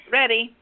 ready